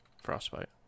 Frostbite